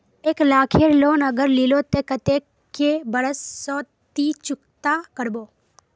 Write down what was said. एक लाख केर लोन अगर लिलो ते कतेक कै बरश सोत ती चुकता करबो?